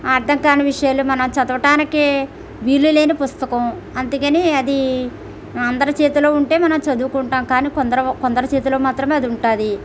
అర్థం కాని విషయాలు మనం చదవటానికి వీలు లేని పుస్తకం అందుకని అది అందరి చేతిలో ఉంటే మనం చదువుకుంటాం కానీ కొందరి కొందరి చేతిలో మాత్రమే అది ఉంటుంది